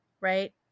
right